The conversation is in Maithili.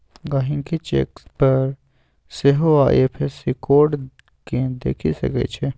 गहिंकी चेक पर सेहो आइ.एफ.एस.सी कोड केँ देखि सकै छै